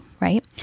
right